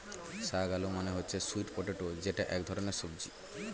শাক আলু মানে হচ্ছে স্যুইট পটেটো যেটা এক ধরনের সবজি